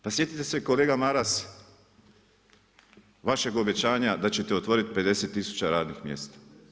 Pa sjetite se kolega Maras vašeg obećanja da ćete otvoriti 50 tisuća radnih mjesta.